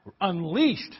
unleashed